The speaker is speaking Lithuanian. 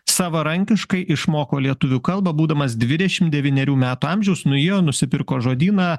savarankiškai išmoko lietuvių kalbą būdamas dvidešimt devynerių metų amžiaus nuėjo nusipirko žodyną